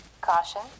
Caution